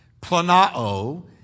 planao